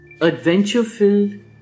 Adventure-filled